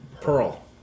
pearl